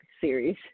series